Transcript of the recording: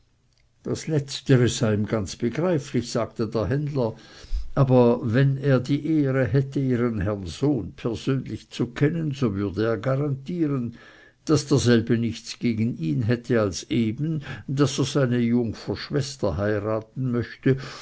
das letztere sei ihm ganz begreiflich sagte der händler aber wenn er die ehre hätte ihren herrn sohn persönlich zu kennen so würde er garantieren daß derselbe nichts gegen ihn hätte als eben daß er seine jungfer schwester heiraten möchte